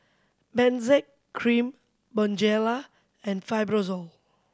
Benzac Cream Bonjela and Fibrosol